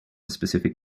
specific